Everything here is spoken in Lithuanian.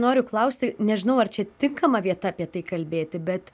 noriu klausti nežinau ar čia tinkama vieta apie tai kalbėti bet